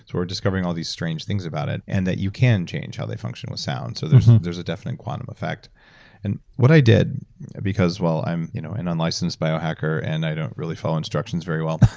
we're discovering all these strange things about it and that you can change how they function with sound, so there's there's a definite quantum effect and what i did because well i'm you know an unlicensed bio-hacker and i don't really follow instructions very well,